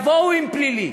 יבואו עם פלילי.